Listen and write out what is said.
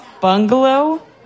bungalow